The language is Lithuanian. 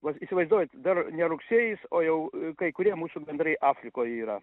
va įsivaizduojat dar ne rugsėjis o jau kai kurie mūsų gandrai afrikoj yra